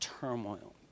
turmoil